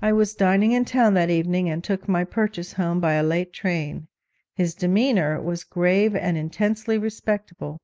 i was dining in town that evening and took my purchase home by a late train his demeanour was grave and intensely respectable